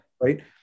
Right